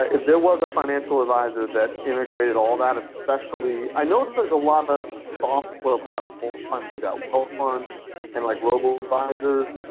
there was a financial advisor that integrated all that, especially. i know that there's a lot of software platforms trying to do that both at once, and like robo-advisors,